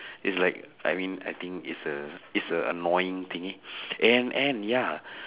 is like I mean I think is a is a annoying thingy and and ya